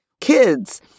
kids